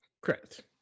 Correct